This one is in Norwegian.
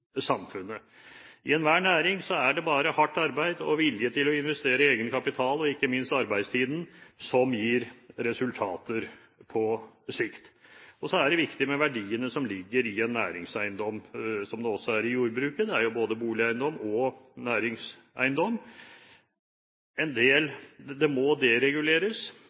I enhver næring er det bare hardt arbeid og vilje til å investere i egenkapital og ikke minst i arbeidstid som gir resultater på sikt. Så er det viktig med verdiene som ligger i en næringseiendom, som det også er i jordbruket. Der er det jo både boligeiendom og næringseiendom. Det må dereguleres.